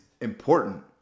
important